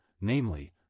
namely